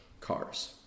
cars